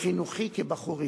בחינוכי כבחור ישיבה,